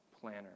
planner